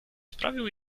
sprawił